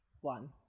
one